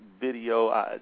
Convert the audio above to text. video